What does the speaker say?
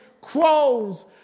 crows